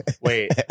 Wait